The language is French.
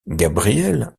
gabrielle